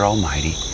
Almighty